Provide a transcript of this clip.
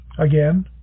Again